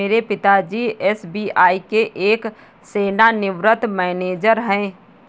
मेरे पिता जी एस.बी.आई के एक सेवानिवृत मैनेजर है